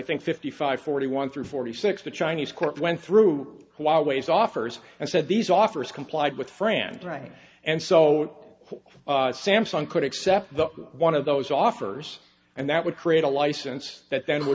think fifty five forty one through forty six the chinese court went through while ways offers and said these offers complied with france right and so samsung could accept the one of those offers and that would create a license that then w